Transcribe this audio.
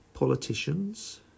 Politicians